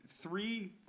three